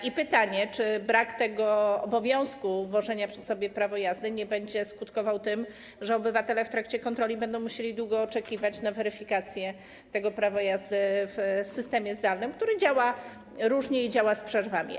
I pytanie: Czy brak obowiązku wożenia ze sobą prawa jazdy nie będzie skutkował tym, że obywatele w trakcie kontroli będą musieli długo oczekiwać na weryfikację prawa jazdy w systemie zdalnym, który działa różnie i działa z przerwami?